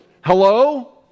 Hello